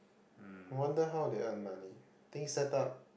wonder how they earn money thing set up